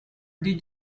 did